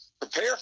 prepare